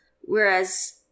whereas